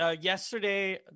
yesterday